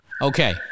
okay